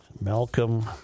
Malcolm